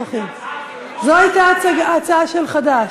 זו הייתה הצעה של חד"ש,